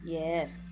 Yes